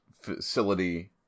facility